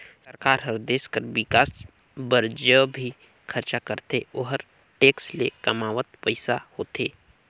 सरकार हर देस कर बिकास बर ज भी खरचा करथे ओहर टेक्स ले कमावल पइसा होथे